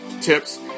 tips